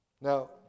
Now